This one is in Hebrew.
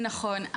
נכון,